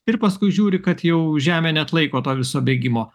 ir paskui žiūri kad jau žemė neatlaiko to viso bėgimo